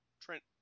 Trent